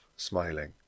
smiling